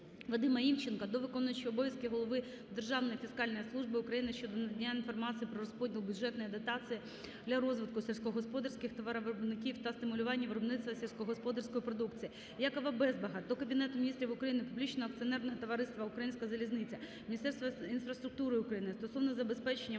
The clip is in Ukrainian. Вадима Івченка до виконуючого обов'язки голови Державної фіскальної служби України щодо надання інформації про розподіл бюджетної дотації для розвитку сільськогосподарських товаровиробників та стимулювання виробництва сільськогосподарської продукції. Якова Безбаха до Кабінету Міністрів України, Публічного акціонерного товариства "Українська залізниця", Міністерства інфраструктури України стосовно забезпечення